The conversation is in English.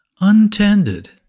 untended